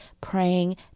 praying